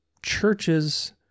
churches